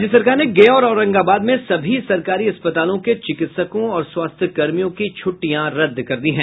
राज्य सरकार ने गया और औरंगाबाद में सभी सरकारी अस्पतालों के चिकित्सकों और स्वास्थ्य कर्मियों की छूटि्टयां रद्द कर दी हैं